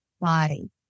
body